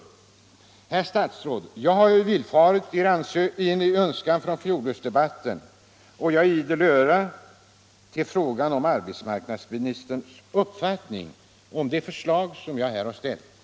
Herr statsråd! Jag har nu villfarit er önskan från fjolårsdebatten och är idel öra när det gäller arbetsmarknadsministerns uppfattning om de förslag jag här har ställt. vi wWN